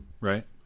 right